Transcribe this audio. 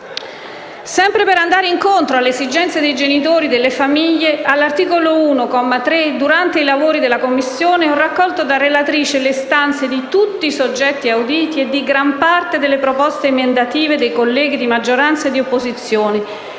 Sempre per andare incontro alle esigenze dei genitori, delle famiglie, all'articolo 1, comma 3, durante i lavori della Commissione, ho raccolto da relatrice le istanze di tutti i soggetti auditi e di gran parte delle proposte emendative dei colleghi di maggioranza e di opposizione,